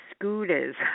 scooters